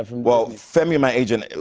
and well, femi, my agent,